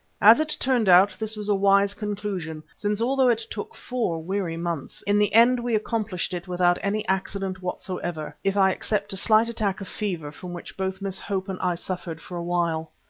as it turned out this was a wise conclusion, since although it took four weary months, in the end we accomplished it without any accident whatsoever, if i except a slight attack of fever from which both miss hope and i suffered for a while.